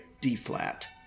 D-flat